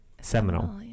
seminal